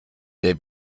der